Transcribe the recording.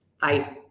Bye